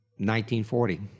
1940